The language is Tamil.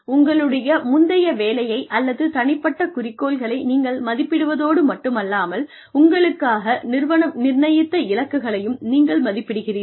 உங்களுடைய முந்தைய வேலையை அல்லது தனிப்பட்ட குறிக்கோள்களை நீங்கள் மதிப்பிடுவதோடு மட்டுமல்லாமல் உங்களுக்காக நிறுவனம் நிர்ணயித்த இலக்குகளையும் நீங்கள் மதிப்பிடுகிறீர்கள்